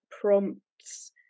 prompts